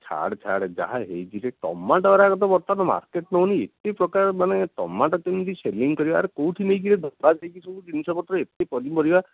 ଛାଡ଼େ ଛାଡ଼େ ଯାହା ହୋଇଛି ସେ ଟମାଟୋ ଗୁଡ଼ାକ ତ ବର୍ତ୍ତମାନ ମାର୍କେଟ୍ ନେଉନି ଏତେ ପ୍ରକାର ମାନେ ଟମାଟୋ କେମିତି ସେଲିଙ୍ଗ୍ କରିବା ଆରେ କେଉଁଠି ନେଇକି ଏ ଦେଇକି ସବୁ ଜିନିଷପତ୍ର ଏତେ ପନିପରିବା